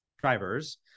drivers